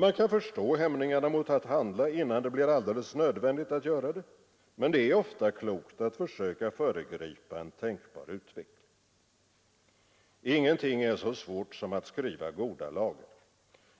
Man kan förstå hämningarna mot att handla innan det blir alldeles nödvändigt att göra det. Men det är ofta klokt att försöka föregripa en tänkbar utveckling. Ingenting är så svårt som att skriva goda lagar.